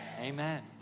Amen